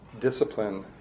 discipline